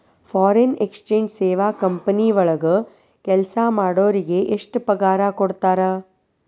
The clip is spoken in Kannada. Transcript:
ಫಾರಿನ್ ಎಕ್ಸಚೆಂಜ್ ಸೇವಾ ಕಂಪನಿ ವಳಗ್ ಕೆಲ್ಸಾ ಮಾಡೊರಿಗೆ ಎಷ್ಟ್ ಪಗಾರಾ ಕೊಡ್ತಾರ?